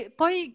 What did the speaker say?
poi